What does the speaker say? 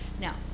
Now